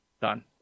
done